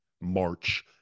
March